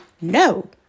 no